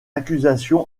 accusation